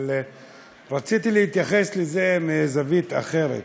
אבל רציתי להתייחס לזה מזווית אחרת.